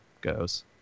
goes